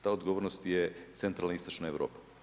Ta odgovornost je centralna istočna Europa.